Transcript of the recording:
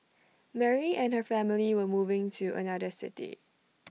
Mary and her family were moving to another city